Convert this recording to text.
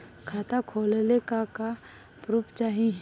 खाता खोलले का का प्रूफ चाही?